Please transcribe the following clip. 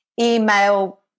email